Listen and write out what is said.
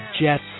Jets